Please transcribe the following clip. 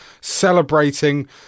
celebrating